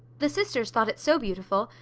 the sisters thought it so beautiful,